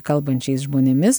kalbančiais žmonėmis